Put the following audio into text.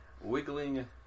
wiggling